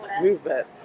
movement